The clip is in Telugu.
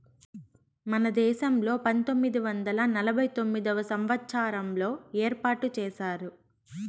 మన దేశంలో పంతొమ్మిది వందల నలభై తొమ్మిదవ సంవచ్చారంలో ఏర్పాటు చేశారు